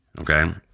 Okay